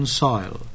soil